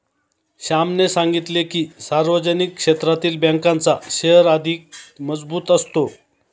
श्यामने सांगितले की, सार्वजनिक क्षेत्रातील बँकांचा शेअर अधिक मजबूत असतो